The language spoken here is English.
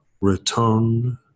return